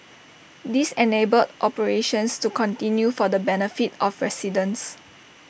this enabled operations to continue for the benefit of residents